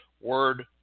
word